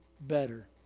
better